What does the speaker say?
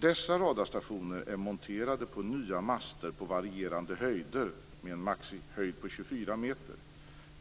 Dessa radarstationer är monterade på nya master på varierande höjder, med en maxhöjd på 24 meter.